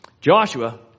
Joshua